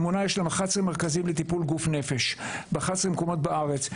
לאמונה יש 11 מרכזים לטיפול גוף-נפש ב-11 מקומות בארץ.